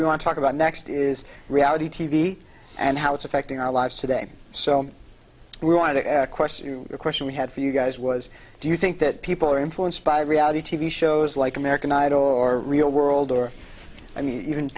we want to talk about next is reality t v and how it's affecting our lives today so we want to question you the question we had for you guys was do you think that people are influenced by reality t v shows like american idol or real world or i mean even